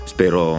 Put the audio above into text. Spero